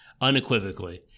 unequivocally